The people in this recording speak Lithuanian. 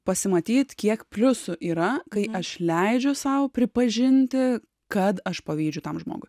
pasimatyt kiek pliusų yra kai aš leidžiu sau pripažinti kad aš pavydžiu tam žmogui